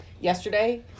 yesterday